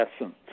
essence